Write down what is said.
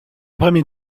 premier